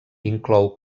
inclou